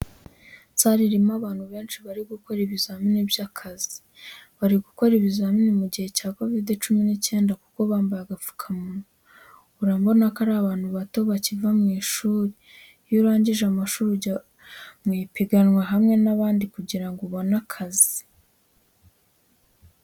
Sale irimo abantu benshi bari gukorera ibizamini by'akazi, bari gukora ibizamini mu gihe cya Covid cumi n'icyenda kuko bambaye agapfukamunwa. Urabona ko ari abantu bato bakiva mu ishuri, iyo urangije amashuri, ujya mu ipiganwa hamwe n'abandi kugira ngo ubone akazi.